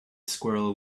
squirrel